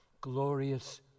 Glorious